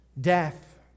Death